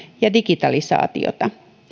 ja digitalisaatiota